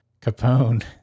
Capone